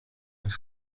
los